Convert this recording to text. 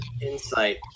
insight